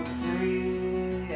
free